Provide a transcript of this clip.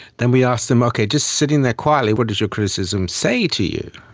then we ask them, okay, just sitting there quietly what does your criticism say to you?